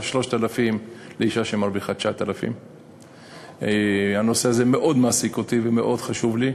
3,000 לאישה שמרוויחה 9,000. הנושא הזה מאוד מעסיק אותי ומאוד חשוב לי,